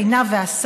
רעות, עינב ואסף,